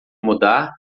mudar